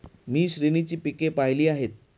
मी श्रेणीची पिके पाहिली आहेत